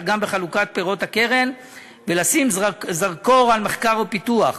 גם בחלוקת פירות הקרן ולשים זרקור על מחקר ופיתוח